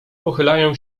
pochylają